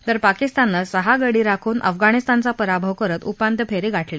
तर पाकिस्ताननं सहा गडी राखून अफगाणिस्तानचा पराभव करत उपान्त्य फेरी गाठली